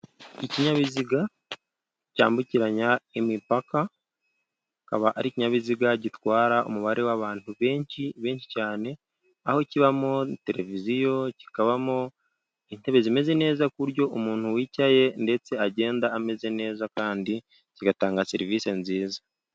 Ikinyabiziga cyambukiranya imipaka kikaba ari ikinyabiziga gitwara umubare w'abantu benshi, benshi cyane. Aho kibamo televiziyo kikabamo intebe zimeze neza, ku buryo umuntu wicaye ndetse agenda ameze neza kandi kigatanga serivisi nziza.